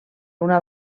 una